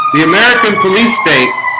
the american police state